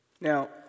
Now